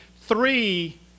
three